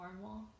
normal